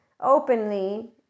openly